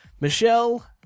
Michelle